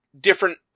different